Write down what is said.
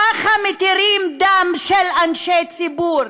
ככה מתירים דם של אנשי ציבור,